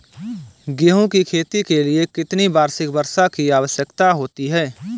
गेहूँ की खेती के लिए कितनी वार्षिक वर्षा की आवश्यकता होती है?